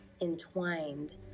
entwined